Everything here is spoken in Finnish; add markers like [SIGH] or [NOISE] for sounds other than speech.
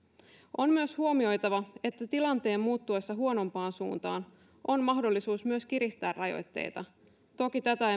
on myös huomioitava että tilanteen muuttuessa huonompaan suuntaan on mahdollisuus myös kiristää rajoitteita toki tätä [UNINTELLIGIBLE]